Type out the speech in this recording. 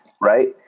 right